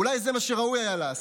אולי זה מה שראוי היה לעשות,